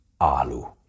alu